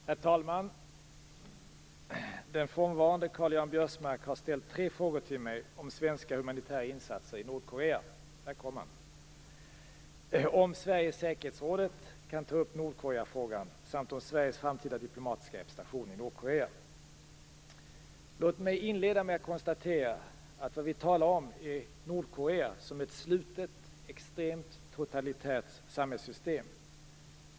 Herr talman! Karl-Göran Biörsmark har ställt tre frågor till mig om svenska humanitära insatser i Nordkorea, om Sverige i säkerhetsrådet kan ta upp Låt mig inleda med att konstatera att Nordkorea har ett slutet, extremt totalitärt samhällssystem.